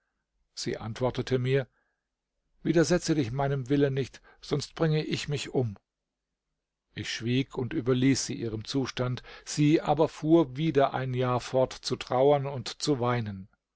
sie antwortete mir widersetze dich meinem willen nicht sonst bringe ich mich um ich schwieg und überließ sie ihrem zustand sie aber fuhr wieder ein jahr fort zu trauern und zu weinen